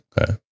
Okay